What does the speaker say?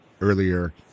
earlier